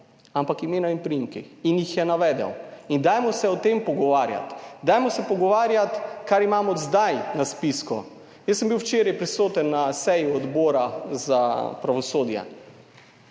ampak imena in priimki, in jih je navedel in dajmo se o tem pogovarjati. Dajmo se pogovarjati kar imamo zdaj na spisku. Jaz sem bil včeraj prisoten na seji Odbora za pravosodje,